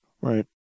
right